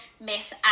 miss